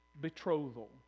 betrothal